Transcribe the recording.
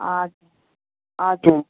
हजुर हजुर